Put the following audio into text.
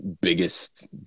biggest